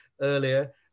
earlier